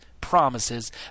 promises